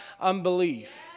unbelief